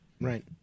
Right